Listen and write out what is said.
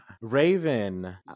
raven